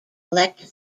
collect